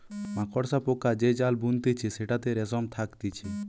মাকড়সা পোকা যে জাল বুনতিছে সেটাতে রেশম থাকতিছে